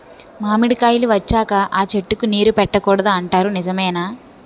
మామిడికాయలు వచ్చాక అ చెట్టుకి నీరు పెట్టకూడదు అంటారు నిజమేనా?